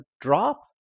drop